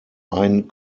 ein